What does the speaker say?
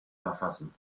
verfassen